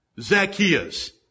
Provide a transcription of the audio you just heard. Zacchaeus